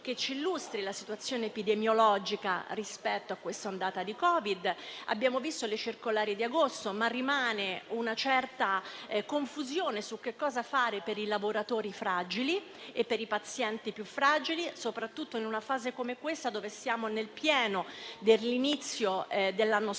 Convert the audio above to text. ci illustri la situazione epidemiologica rispetto a questa ondata di Covid. Abbiamo visto le circolari di agosto, ma rimane una certa confusione su che cosa fare per i lavoratori e per i pazienti più fragili, soprattutto in una fase come questa, ossia nel pieno dell'inizio dell'anno scolastico.